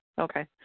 Okay